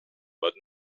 but